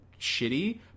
shitty